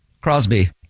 Crosby